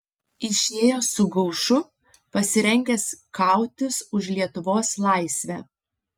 išėjo su gaušu pasirengęs kautis už lietuvos laisvę